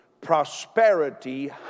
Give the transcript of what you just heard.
Prosperity